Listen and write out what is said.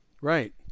Right